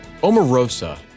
Omarosa